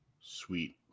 sweet